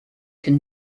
can